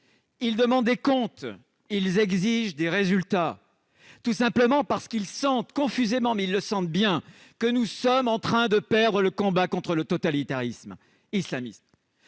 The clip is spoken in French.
ils demandent des comptes, ils exigent des résultats, tout simplement parce qu'ils sentent confusément, mais indéniablement, que nous sommes en train de perdre le combat contre le totalitarisme islamiste.